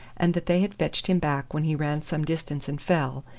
and that they had fetched him back when he ran some distance and fell,